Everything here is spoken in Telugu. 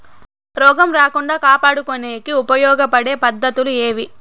రోగం రాకుండా కాపాడుకునేకి ఉపయోగపడే పద్ధతులు ఏవి?